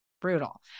brutal